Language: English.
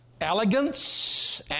elegance